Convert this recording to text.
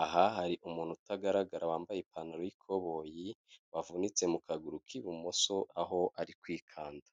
aha hari umuntu utagaragara wambaye ipantaro y'ikoboyi wavunitse mu kaguru k'ibumoso, aho ari kwikanda.